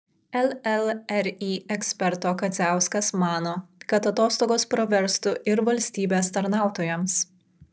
llri eksperto kadziauskas mano kad atostogos praverstų ir valstybės tarnautojams